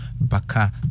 Baka